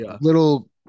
little